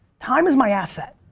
time is my asset.